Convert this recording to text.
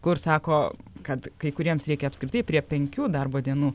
kur sako kad kai kuriems reikia apskritai prie penkių darbo dienų